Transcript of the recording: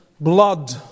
blood